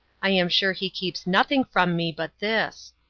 i am sure he keeps nothing from me but this.